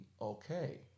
okay